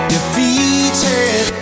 Defeated